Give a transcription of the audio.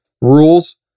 rules